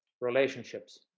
relationships